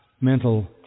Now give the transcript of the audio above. mental